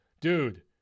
dude